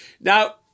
Now